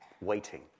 waiting